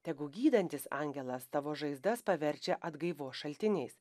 tegu gydantis angelas tavo žaizdas paverčia atgaivos šaltiniais